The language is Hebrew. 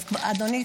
אדוני,